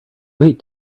wait